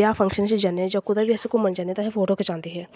ब्याह् फंक्शन दा जां घूमन जंदे हे तां अस फोटो खचांदे हे